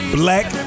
black